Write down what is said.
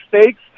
stakes